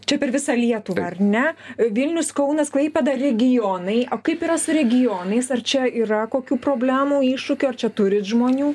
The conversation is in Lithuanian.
čia per visą lietuvą ar ne vilnius kaunas klaipėda regionai o kaip yra su regionais ar čia yra kokių problemų iššūkių ar čia turit žmonių